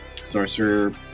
sorcerer